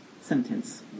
sentence